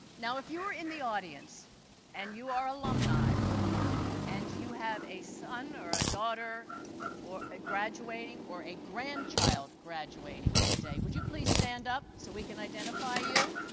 now if you are in the audience and you are alumni and you have a son or a daughter ah graduating or a grandchild graduating today, would you please stand up so we can identify you.